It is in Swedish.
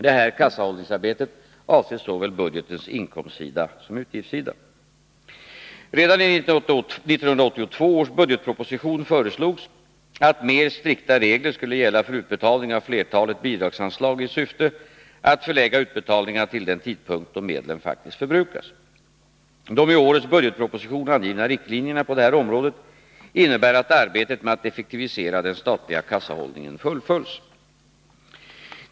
Detta kassahållningsarbete avser såväl budgetens inkomstsida som dess utgiftssida. Redan i 1982 års budgetproposition föreslogs att mer strikta regler skulle gälla för utbetalning av flertalet bidragsanslag i syfte att förlägga utbetalningarna till den tidpunkt då medlen faktiskt förbrukas. De i årets budgetproposition angivna riktlinjerna på detta område innebär att arbetet med att effektivisera den statliga kassahållningen fullföljs.